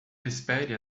espere